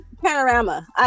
Panorama